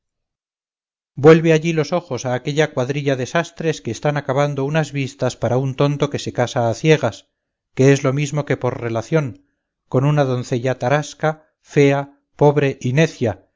vuelve allí los ojos a aquella cuadrilla de sastres que están acabando unas vistas para un tonto que se casa a ciegas que es lo mismo que por relación con una doncella tarasca fea pobre